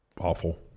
awful